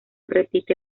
repite